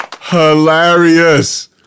hilarious